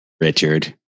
Richard